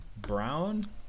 brown